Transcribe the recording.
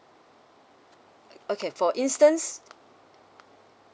okay for instance